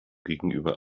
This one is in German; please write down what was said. gegenüber